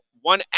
One